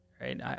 right